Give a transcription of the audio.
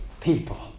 people